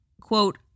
quote